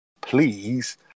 Please